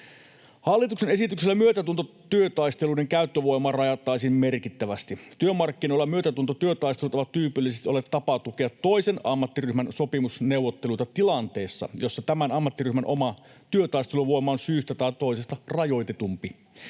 Hallituksen esityksellä myötätuntotyötaisteluiden käyttövoimaa rajattaisiin merkittävästi. Työmarkkinoilla myötätuntotyötaistelut ovat tyypillisesti olleet tapa tukea toisen ammattiryhmän sopimusneuvotteluita tilanteessa, jossa tämän ammattiryhmän oma työtaisteluvoima on syystä tai toisesta rajoitetumpi.